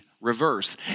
reverse